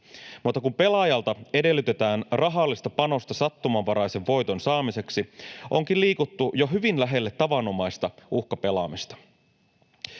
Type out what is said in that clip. mutta kun pelaajalta edellytetään rahallista panosta sattumanvaraisen voiton saamiseksi, onkin liikuttu jo hyvin lähelle tavanomaista uhkapelaamista.